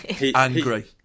angry